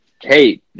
Hey